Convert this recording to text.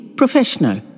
professional